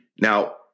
Now